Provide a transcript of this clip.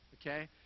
Okay